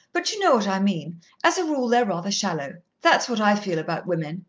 but you know what i mean as a rule they're rather shallow. that's what i feel about women,